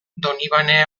donibane